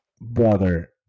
brother